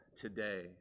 today